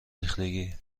ریختگی